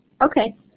Okay